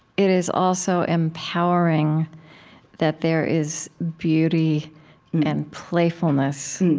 it is also empowering that there is beauty and playfulness